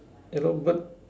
yellow bird